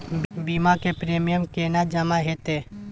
बीमा के प्रीमियम केना जमा हेते?